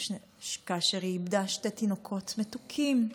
כאשר היא מאבדת שני תינוקות מתוקים,